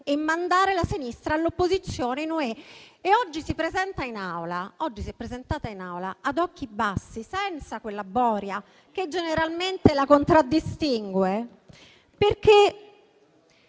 e mandare la sinistra all'opposizione in UE. Oggi si è presentata in Aula ad occhi bassi, senza quella boria che generalmente la contraddistingue; però